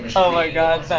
oh, my god.